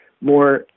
more